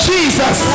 Jesus